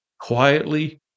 quietly